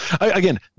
again